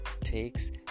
takes